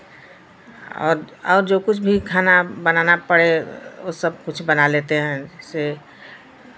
और और जो कुछ भी खाना बनाना पड़े वो सब कुछ बना लेते हैं से